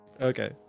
Okay